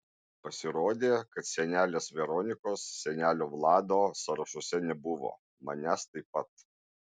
pasirodė kad senelės veronikos senelio vlado sąrašuose nebuvo manęs taip pat